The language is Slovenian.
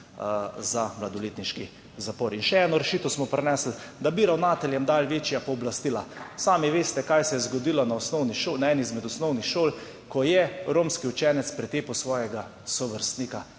za mladoletniški zapor. In še eno rešitev smo prinesli, da bi ravnateljem dali večja pooblastila. Sami veste, kaj se je zgodilo na eni izmed osnovnih šol, ko je romski učenec pretepel svojega sovrstnika.